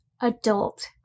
adult